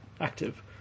active